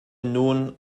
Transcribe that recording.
nun